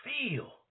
feel